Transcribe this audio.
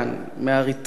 מאריתריאה,